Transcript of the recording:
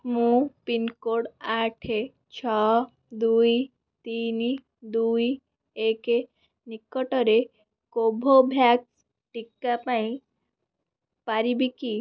ମୁଁ ପିନ୍କୋଡ଼୍ ଆଠ ଛଅ ଦୁଇ ତିନି ଦୁଇ ଏକ ନିକଟରେ କୋଭୋଭ୍ୟାକ୍ସ ଟିକା ପାଇପାରିବି କି